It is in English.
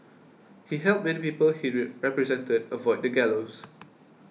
he helped many people he represented avoid the gallows